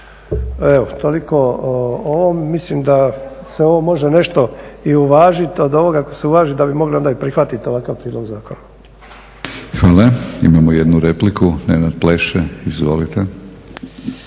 Evo toliko o ovom. Mislim da se ovo može nešto i uvažiti, od ovoga ako se uvaži da bi mogli onda i prihvatiti ovakav prijedlog zakona. **Batinić, Milorad (HNS)** Hvala. Imamo jednu repliku, Nenad Pleše. Izvolite.